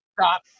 stop